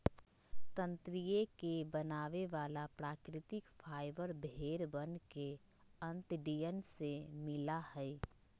तंत्री के बनावे वाला प्राकृतिक फाइबर भेड़ वन के अंतड़ियन से मिला हई